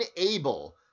unable